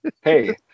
Hey